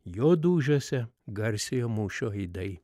jo dūžiuose garsiojo mūšio aidai